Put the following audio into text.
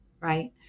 right